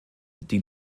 die